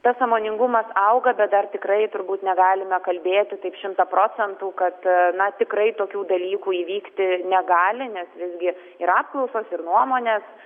tas sąmoningumas auga bet dar tikrai turbūt negalime kalbėti taip šimtą procentų kad na tikrai tokių dalykų įvykti negali nes visgi ir apklausos ir nuomonės